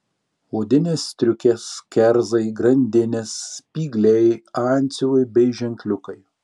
odinės striukės kerzai grandinės spygliai antsiuvai bei ženkliukai